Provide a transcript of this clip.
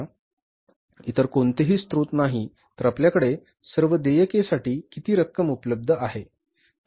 आता इतर कोणताही स्रोत नाही तर आपल्याकडे सर्व देयकेसाठी किती रक्कम उपलब्ध आहे